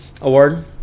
award